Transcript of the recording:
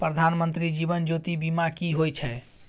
प्रधानमंत्री जीवन ज्योती बीमा की होय छै?